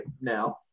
now